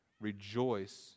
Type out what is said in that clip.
rejoice